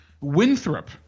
Winthrop